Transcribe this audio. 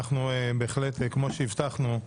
בהחלט, כמו שהבטחנו,